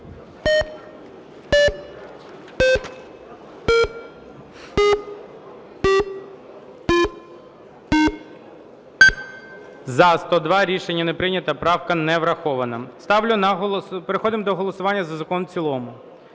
За-102 Рішення не прийнято. Правка не врахована. Переходимо до голосування за закон в цілому.